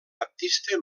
baptista